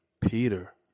Peter